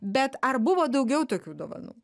bet ar buvo daugiau tokių dovanų